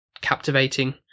captivating